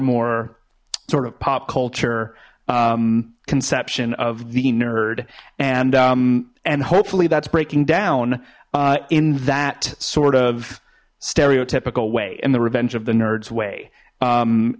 more sort of pop culture conception of the nerd and and hopefully that's breaking down in that sort of stereotypical way in the revenge of the nerds way